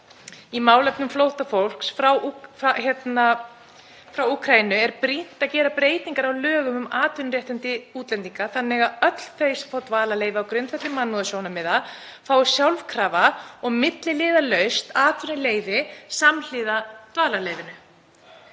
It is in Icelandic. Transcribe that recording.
í málefnum flóttafólks frá Úkraínu er brýnt að gera breytingar á lögum um atvinnuréttindi útlendinga þannig að öll þau sem fá dvalarleyfi á grundvelli mannúðarsjónarmiða fái sjálfkrafa og milliliðalaust atvinnuleyfi samhliða dvalarleyfinu.